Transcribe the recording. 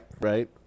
right